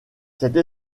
cette